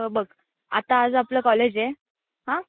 बघ आता आज आपलं कॉलेज आहे हां